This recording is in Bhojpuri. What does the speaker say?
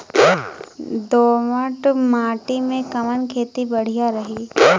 दोमट माटी में कवन खेती बढ़िया रही?